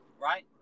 right